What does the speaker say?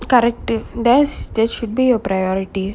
correct there's there should be a priority